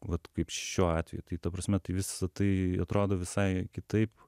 vat kaip šiuo atveju tai ta prasme tai visa tai atrodo visai kitaip